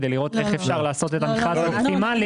כדי לראות איך אפשר לעשות את המכרז אופטימלי,